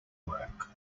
work